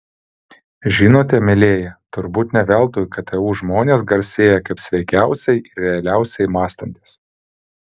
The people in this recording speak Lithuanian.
žinote mielieji turbūt ne veltui ktu žmonės garsėja kaip sveikiausiai ir realiausiai mąstantys